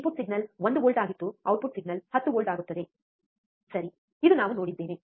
input signal 1 volt ಆಗಿತ್ತು output signal 10 volt ಆಗುತ್ತದೆ ಸರಿ ಇದು ನಾವು ನೋಡಿದ್ದೇವೆ